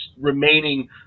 Remaining